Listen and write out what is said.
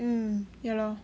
mm yeah lor